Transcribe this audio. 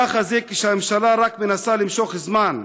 ככה זה כשהממשלה רק מנסה למשוך זמן,